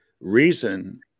reason